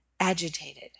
agitated